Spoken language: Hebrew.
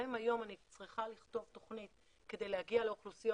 גם אם היום אני צריכה לכתוב תוכנית כדי להגיע לאוכלוסיות,